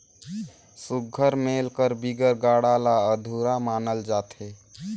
सुग्घर मेल कर बिगर गाड़ा ल अधुरा मानल जाथे